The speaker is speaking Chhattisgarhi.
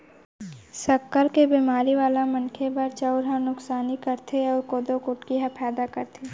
सक्कर के बेमारी वाला मनखे बर चउर ह नुकसानी करथे अउ कोदो कुटकी ह फायदा करथे